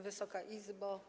Wysoka Izbo!